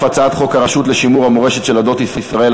הצעת חוק הרשות לשימור המורשת של עדות ישראל,